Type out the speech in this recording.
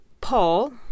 Paul